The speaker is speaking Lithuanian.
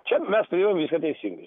čia mes turėjom viską teisingai